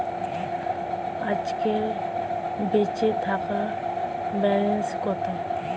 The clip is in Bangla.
আজকের বেচে থাকা ব্যালেন্স কত?